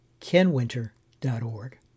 kenwinter.org